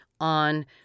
on